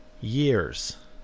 years